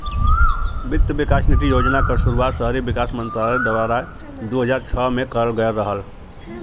वित्त विकास निधि योजना क शुरुआत शहरी विकास मंत्रालय द्वारा दू हज़ार छह में करल गयल रहल